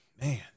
man